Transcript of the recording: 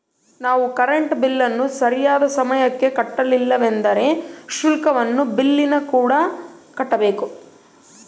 ನಾವು ಕರೆಂಟ್ ಬಿಲ್ಲನ್ನು ಸರಿಯಾದ ಸಮಯಕ್ಕೆ ಕಟ್ಟಲಿಲ್ಲವೆಂದರೆ ಶುಲ್ಕವನ್ನು ಬಿಲ್ಲಿನಕೂಡ ಕಟ್ಟಬೇಕು